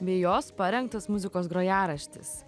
bei jos parengtas muzikos grojaraštis